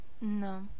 No